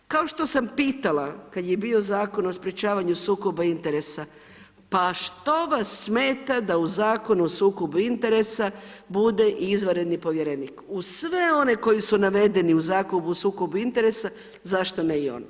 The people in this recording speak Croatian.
Kao što sam pitala kada je bio Zakon o sprečavanju sukoba interesa, pa što vas smeta da u Zakonu o sukobu interesa bude izvanredni povjerenik uz sve one koji su navedeni u Zakonu o sukobu interesa zašto ne i on?